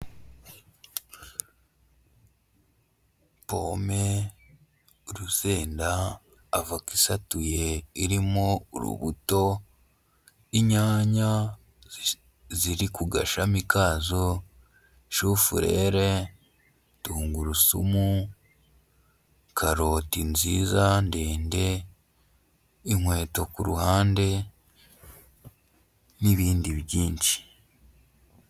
Pome, urusenda, avoca isatuye irimo urubuto, inyanya ziri ku gashami kazo, shufurere, tungurusumu, karoti nziza ndende, inkweto ku ruhande n'ibindi byinshi.